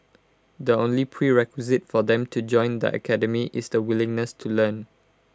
the only prerequisite for them to join the academy is the willingness to learn